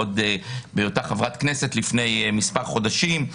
עוד בהיותה חברת כנסת לפני כמה חודשים,